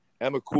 Emma